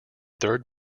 third